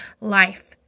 life